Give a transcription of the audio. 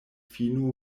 fino